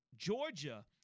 Georgia